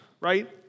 right